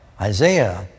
Isaiah